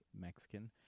Mexican